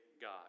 God